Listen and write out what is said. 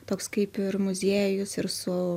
toks kaip ir muziejus ir su